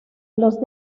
los